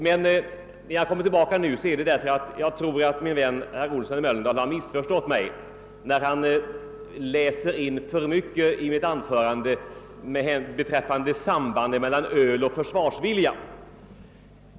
När jag nu kommer tillbaka beror det på att jag tror att min vän Olsson i Mölndal missförstod mig och att han i mitt anförande läser in för mycket beträffande sambandet mellan öl och försvarsvilja.